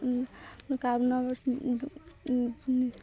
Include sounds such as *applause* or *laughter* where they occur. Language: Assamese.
*unintelligible* কাৰণ *unintelligible*